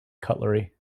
cutlery